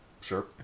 Sure